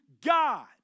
God